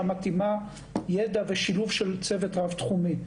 מתאימה - ידע ושילוב של צוות רב תחומי.